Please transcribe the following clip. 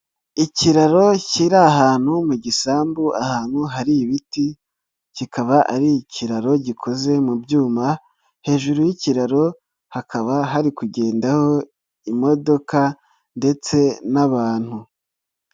Ikiraro kiri ahantu mu gisambu ahantu hari ibiti, kikaba ari ikiraro gikoze mu byuma, hejuru y'ikiraro hakaba hari kugendaho imodoka ndetse n'abantu.